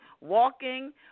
walking